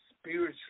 spiritually